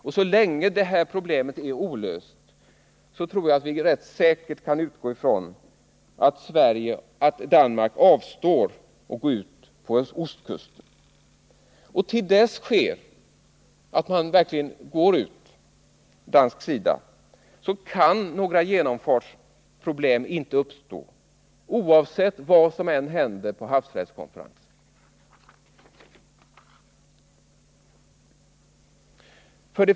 Och så länge detta problem är olöst tror jag att vi ganska säkert kan utgå från att Danmark avstår från att gå ut på ostkusten. Och tills så sker kan några genomfartsproblem inte uppstå, oavsett vad som händer på havsrättskonferensen.